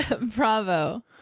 Bravo